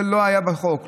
זה לא היה בחוק,